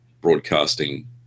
broadcasting